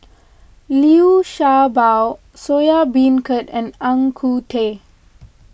Liu Sha Bao Soya Beancurd and Ang Ku Kueh